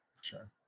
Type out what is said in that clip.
sure